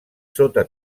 sota